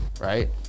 Right